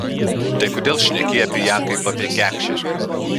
tai kodėl šneki apie ją kaip apie kekšę